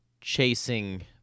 chasing